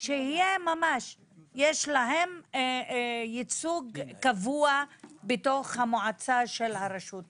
שיש להם ייצוג קבוע בתוך המועצה של הרשות הזאת,